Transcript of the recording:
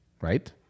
Right